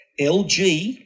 LG